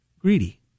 greedy